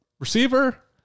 receiver